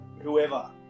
whoever